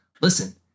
Listen